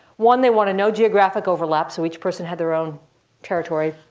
one, they wanted no geographic overlap. so each person had their own territory.